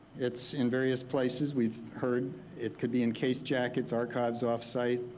it's in various places. we've heard it could be in case jackets, archives offsite,